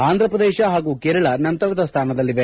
ಆಂಧಪ್ರದೇಶ ಹಾಗೂ ಕೇರಳ ನಂತರದ ಸ್ಥಾನದಲ್ಲಿವೆ